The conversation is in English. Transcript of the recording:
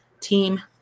team